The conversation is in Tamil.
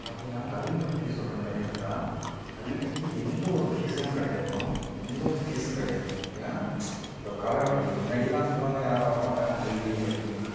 பார்த்திங்கன்னா கல்வியை பத்தி சொல்ற மாரி இருந்தால் கல்விக்கு எந்த ஒரு ஃபீஸ்ஸும் கிடையாதும்மா எந்த ஒரு ஃபீஸ்ஸும் கிடையாது ஏன்னா இப்போ காலக்கட்டம் அப்படி முன்னடிலாம் சொல்லுவாங்க யாரும் வரமாட்டாங்க கல்விக்கு படிக்கணும்னா